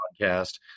podcast